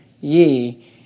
ye